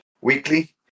weekly